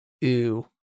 ew